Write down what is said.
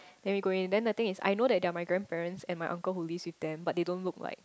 then we go in then the thing is I know that they are my grandparents and my uncle who lives with them but they don't look like